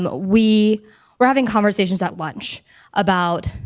um we were having conversations at lunch about,